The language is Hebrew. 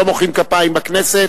לא מוחאים כפיים בכנסת.